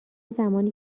زمانی